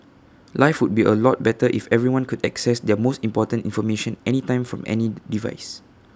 life would be A lot better if everyone could access their most important information anytime from any device